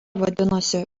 vadinosi